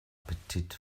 appetit